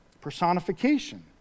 Personification